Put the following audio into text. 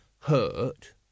hurt